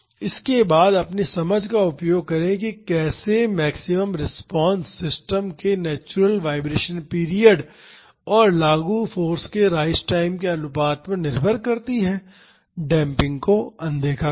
इसके बाद अपनी समझ का उपयोग करें कि कैसे मैक्सिमम रिस्पांस सिस्टम के नेचुरल वाईब्रेशन पीरियड और लागू फाॅर्स के राइज टाइम के अनुपात पर निर्भर करती है डेम्पिंग को अनदेखा करे